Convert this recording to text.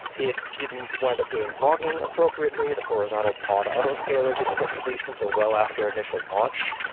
it didn't wind up doing logging appropriately. the horizontal pod auto-scaler didn't get released until well after initial launch,